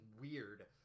weird